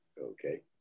Okay